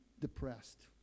depressed